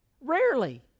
Rarely